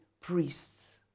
priests